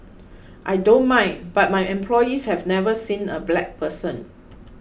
I don't mind but my employees have never seen a black person